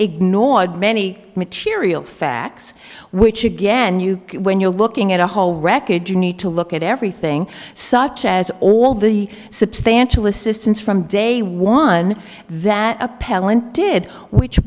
ignored many material facts which again you get when you're looking at a whole record you need to look at everything such as all the substantial assistance from day one that appellant did which